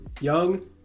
young